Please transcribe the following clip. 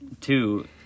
Two